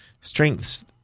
strengths